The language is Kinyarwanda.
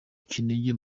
kinigi